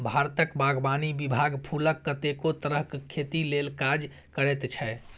भारतक बागवानी विभाग फुलक कतेको तरहक खेती लेल काज करैत छै